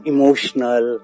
Emotional